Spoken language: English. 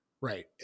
Right